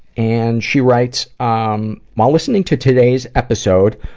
and she writes, um while listening to today's episode,